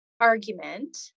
argument